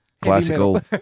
Classical